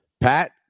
Pat